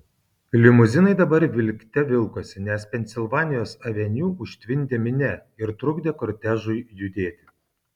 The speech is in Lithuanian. limuzinai dabar vilkte vilkosi nes pensilvanijos aveniu užtvindė minia ir trukdė kortežui judėti